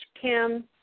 Kim